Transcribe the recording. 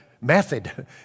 method